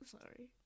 Sorry